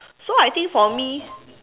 so I think for me